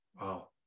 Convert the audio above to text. Wow